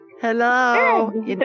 Hello